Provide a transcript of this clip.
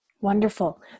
Wonderful